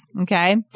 Okay